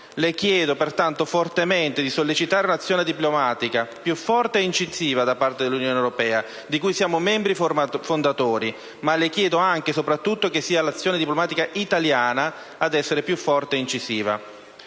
Le chiedo pertanto fortemente, presidente Letta, di sollecitare un'azione diplomatica più forte e incisiva da parte dell'Unione europea, di cui siamo membri fondatori. Ma le chiedo anche e soprattutto che sia l'azione diplomatica italiana ad essere più forte e incisiva.